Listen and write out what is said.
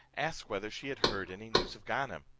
asked whether she had heard any news of ganem?